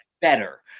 better